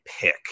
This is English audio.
pick